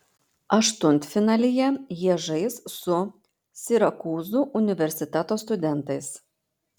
aštuntfinalyje jie žais su sirakūzų universiteto studentais